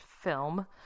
film